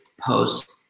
post